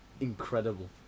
incredible